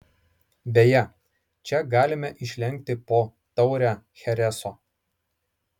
beje čia galime išlenkti po taurę chereso